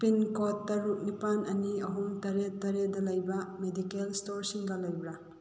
pincode ꯇꯔꯨꯛ ꯅꯤꯄꯥꯜ ꯑꯅꯤ ꯑꯍꯨꯝ ꯇꯔꯦꯠ ꯇꯔꯦꯠꯇ ꯂꯩꯕ ꯃꯦꯗꯤꯀꯦꯜ ꯁ꯭ꯇꯣꯔꯁꯤꯡꯒ ꯂꯩꯕ꯭ꯔꯥ